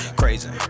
crazy